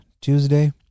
Tuesday